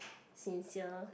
sincere